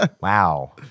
Wow